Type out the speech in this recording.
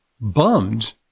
bummed